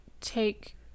take